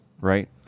right